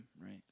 right